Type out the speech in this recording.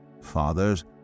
Fathers